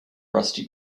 rusty